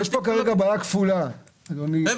עכשיו --- יש כרגע בעיה כפולה --- זה